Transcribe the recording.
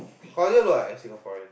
Claudia look like a Singaporean